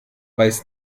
beiß